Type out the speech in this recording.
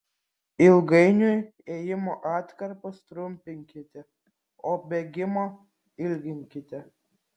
ilgainiui ėjimo atkarpas trumpinkite o bėgimo ilginkite